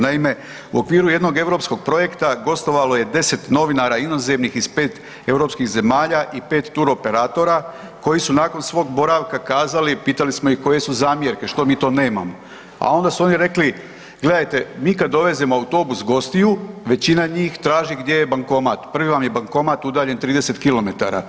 Naime, u okviru jednog europskog projekta gostovalo je 10 novinara inozemnih iz 5 europskih zemalja i 5 turoperatora koji su nakon svog boravka kazali, pitali smo ih koje su zamjerke, što mi to nemamo, a onda su oni rekli, gledajte mi kad dovezemo autobus gostiju većina njih traži gdje je bankomat, prvi vam je bankomat udaljen 30 km.